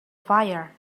fire